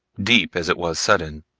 deep as it was sudden,